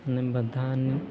ને બધાની